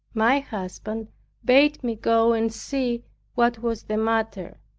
my husband bade me go and see what was the matter.